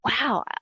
Wow